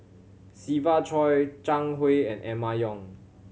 Siva Choy Zhang Hui and Emma Yong